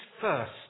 first